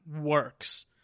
works